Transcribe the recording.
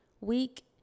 week